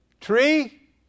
Tree